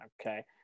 Okay